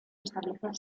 establecer